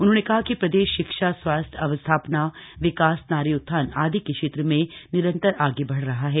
उन्होंने कहा कि प्रदेश शिक्षा स्वास्थ्य अवस्थापना विकास नारी उत्थान आदि के क्षेत्र में निरंतर आगे बढ़ रहा है